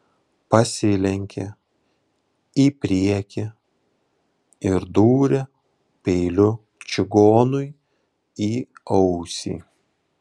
pasilenkė į priekį ir dūrė peiliu čigonui į ausį